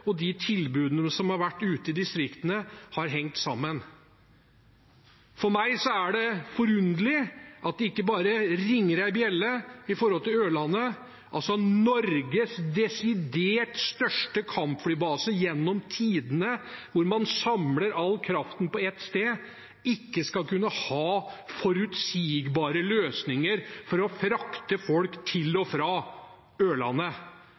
og de tilbudene som har vært ute i distriktene, har hengt sammen. For meg er det forunderlig at det ikke bare ringer en bjelle når det gjelder Ørland – altså at Ørland, Norges desidert største kampflybase gjennom tidene, hvor man samler all kraften på ett sted, ikke skal kunne ha forutsigbare løsninger for å frakte folk til og